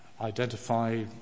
Identify